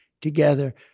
together